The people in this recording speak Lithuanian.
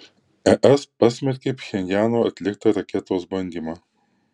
es pasmerkė pchenjano atliktą raketos bandymą